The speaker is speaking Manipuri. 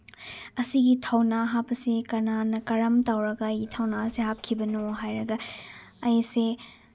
ꯑꯁꯤꯒꯤ ꯊꯧꯅꯥ ꯍꯥꯞꯄꯁꯤ ꯀꯅꯥꯅ ꯀꯔꯝ ꯇꯧꯔꯒ ꯑꯩꯒꯤ ꯊꯧꯅꯥꯁꯤ ꯍꯥꯞꯈꯤꯕꯅꯣ ꯍꯥꯏꯔꯒ ꯑꯩꯁꯦ